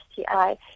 STI